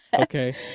okay